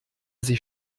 sich